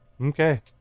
Okay